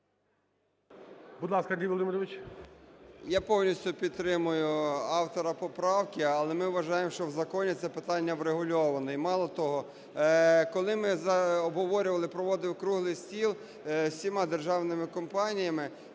Будь ласка, Андрій Володимирович. 11:37:22 ІВАНЧУК А.В. Я повністю підтримую автора поправки. Але ми вважаємо, що в законі це питання врегульовано. І мало того, коли ми обговорювали, проводив круглий стіл з всіма державними компаніями,